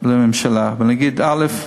לממשלה ולהגיד: א.